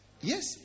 Yes